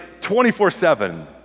24-7